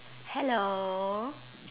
hello